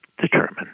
determine